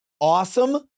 awesome